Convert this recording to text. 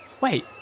Wait